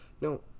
No